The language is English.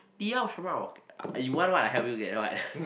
你要什么 you want what I help you get what